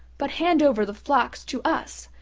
but hand over the flocks to us,